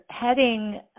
heading